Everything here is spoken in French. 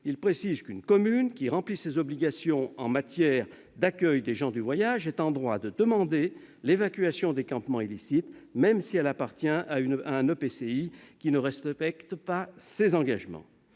Il précise qu'une commune qui remplit ses obligations en matière d'accueil des gens du voyage est en droit de demander l'évacuation des campements illicites, même si elle appartient à un EPCI qui ne respecte pas ses engagements.